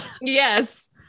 Yes